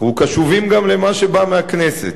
אנחנו קשובים גם למה שבא מהכנסת.